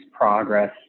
progress